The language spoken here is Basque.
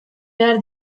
behar